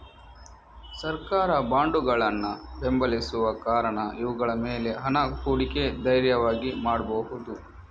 ಸರ್ಕಾರ ಬಾಂಡುಗಳನ್ನ ಬೆಂಬಲಿಸುವ ಕಾರಣ ಇವುಗಳ ಮೇಲೆ ಹಣ ಹೂಡಿಕೆ ಧೈರ್ಯವಾಗಿ ಮಾಡ್ಬಹುದು